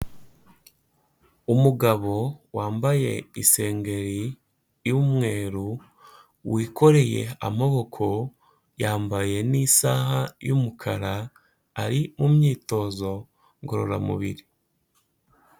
Umugabo wambaye isengeri y'umweru, wikoreye amaboko, yambaye n'isaha y'umukara ari mu myitozo ngororamubiri.